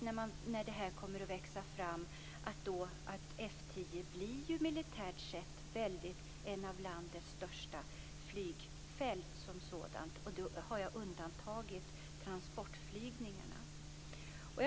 När det här kommer att växa fram blir ju F 10 militärt sett ett av landets största flygfält. Och då har jag undantagit transportflygningarna.